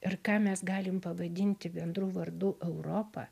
ir ką mes galim pavadinti bendru vardu europa